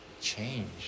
change